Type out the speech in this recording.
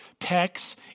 pecs